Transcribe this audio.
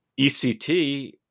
ECT